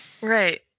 Right